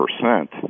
percent